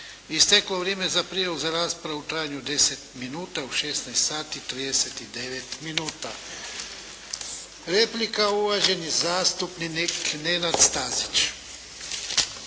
isteklo vrijeme za prijavu za raspravu u trajanju od 10 minuta u 16 sati i 39 minuta. Replika, uvaženi zastupnik Nenad Stazić.